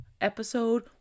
episode